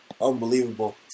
unbelievable